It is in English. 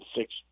six